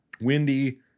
windy